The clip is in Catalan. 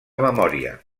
memòria